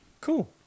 Cool